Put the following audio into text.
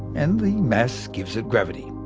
and the mass gives it gravity.